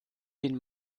den